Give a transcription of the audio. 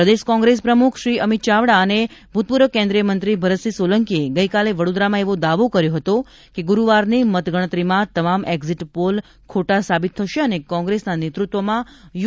પ્રદેશ કોંગ્રેસ પ્રમુખ શ્રી અમીત ચાવડા અને ભૂતપૂર્વ કેન્દ્રિયમંત્રી શ્રી ભરતસિંહ સોલંકીએ ગઇકાલે વડોદરામાં એવો દાવો કર્યો હતો કે ગુરૂવારની મતગણતરીમાં તમામ એક્ઝિટ પોલ ખોટા સાબિત થશે અને કોંગ્રેસના નેતૃત્વમાં યુ